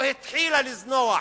או התחילה לזנוח